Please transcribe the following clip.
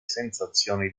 sensazioni